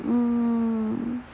mmhmm